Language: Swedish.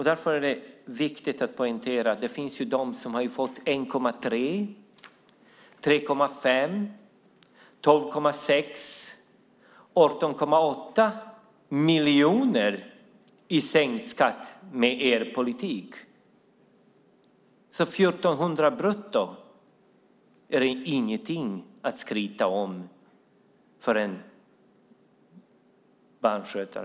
Därför är det viktigt att poängtera att det finns de som har fått 1,3, 3,5, 12,6 och 18,8 miljoner i sänkt skatt med er politik. Så 1 400 brutto är ingenting att skryta om för en barnskötare.